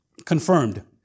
Confirmed